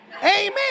amen